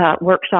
Workshop